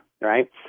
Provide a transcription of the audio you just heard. Right